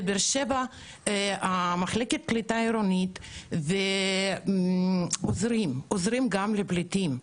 שם מחלקת הקליטה העירונית עוזרים גם לפליטים,